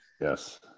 Yes